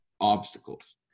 obstacles